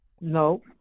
no